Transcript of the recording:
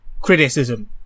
criticism